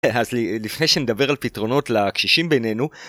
אז לפני שנדבר על פתרונות לקשישים בינינו...